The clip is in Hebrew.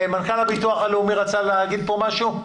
מיקי לוי,